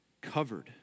covered